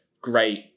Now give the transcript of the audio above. great